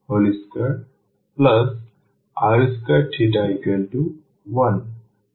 সুতরাং rcos 12r2 1